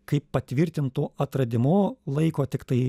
kaip patvirtintu atradimu laiko tiktai